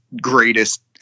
greatest